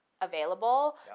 available